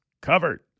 covered